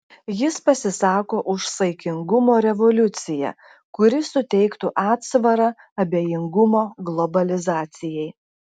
jis pasisako už saikingumo revoliuciją kuri suteiktų atsvarą abejingumo globalizacijai